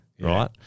right